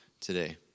today